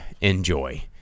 enjoy